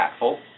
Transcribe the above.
impactful